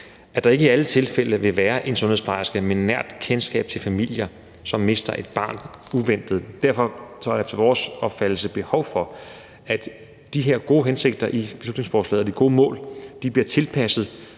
at der ikke i alle tilfælde vil være en sundhedsplejerske med et nært kendskab til familier, som mister et barn uventet. Derfor er der efter vores opfattelse behov for, at de her gode hensigter i beslutningsforslaget og de gode mål bliver tilpasset,